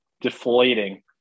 deflating